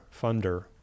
funder